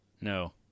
no